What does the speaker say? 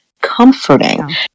comforting